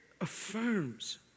affirms